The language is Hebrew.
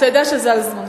אתה יודע שזה על זמנך.